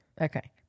Okay